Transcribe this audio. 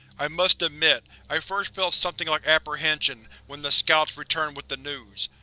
i must admit, i first felt something like apprehension when the scouts returned with the news.